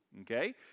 Okay